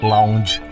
Lounge